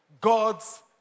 God's